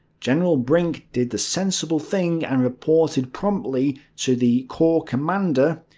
general brink did the sensible thing and reported promptly to the corps commander.